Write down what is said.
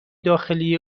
داخلی